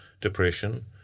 depression